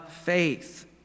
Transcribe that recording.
faith